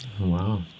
Wow